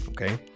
okay